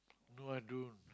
no I don't